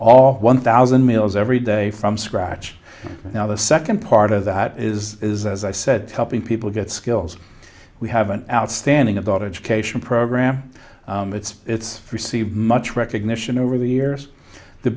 all one thousand meals every day from scratch now the second part of that is is as i said helping people get skills we have an outstanding adult education program it's received much recognition over the years the